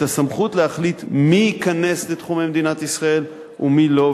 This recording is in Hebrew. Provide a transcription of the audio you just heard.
את הסמכות להחליט מי ייכנס לתחומי מדינת ישראל ומי לא,